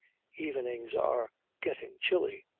evenings are getting chilly.